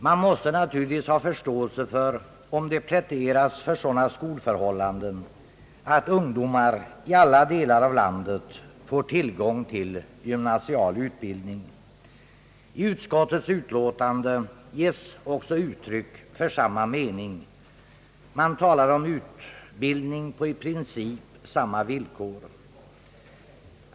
Man måste ha förståelse för om det pläderas för sådana skolförhållanden att ungdomar i alla delar av landet får tillgång till gymnasial utbildning. Utskottets utlåtande ger uttryck för samma mening. Det talas där om utbildning på i princip samma villkor.